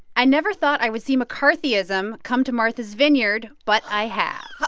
i never thought i would see mccarthyism come to martha's vineyard, but i have.